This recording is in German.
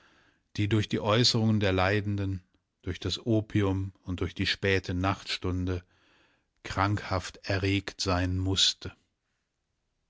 die durch die äußerungen der leidenden durch das opium und durch die späte nachtstunde krankhaft erregt sein mußte